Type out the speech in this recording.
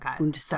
Okay